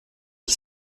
qui